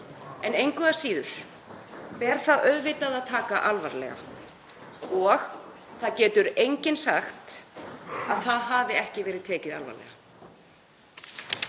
En engu að síður ber auðvitað að taka það alvarlega og enginn getur sagt að það hafi ekki verið tekið alvarlega.